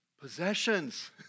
Possessions